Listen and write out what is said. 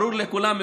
ברור לכולם,